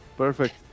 Perfect